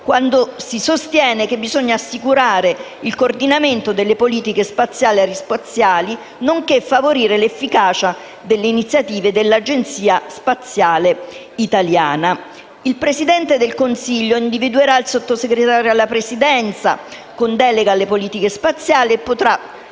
quando si sostiene la necessità di «assicurare il coordinamento delle politiche spaziali e aerospaziali, nonché favorire l'efficacia delle iniziative dell'Agenzia spaziale italiana». Il Presidente del Consiglio individuerà il Sottosegretario alla Presidenza con delega alle politiche spaziali e